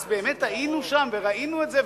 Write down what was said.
אז באמת היינו שם וראינו את זה,